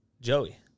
Joey